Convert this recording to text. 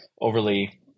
overly